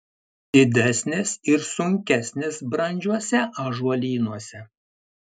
didesnės ir sunkesnės brandžiuose ąžuolynuose